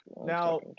now